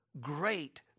great